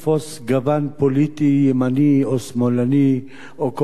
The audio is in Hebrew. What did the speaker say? פוליטי ימני או שמאלני או כל גוון אחר,